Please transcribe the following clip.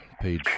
Page